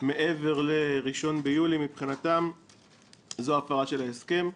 מעבר ל-1 ביולי מבחינתם זו הפרה של ההסכם.